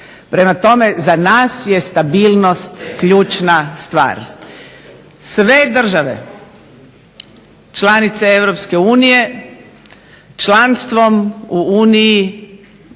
Prema tome, za nas je stabilnost ključna stvar. Sve države članice EU članstvom u Uniji